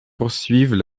poursuivent